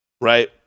right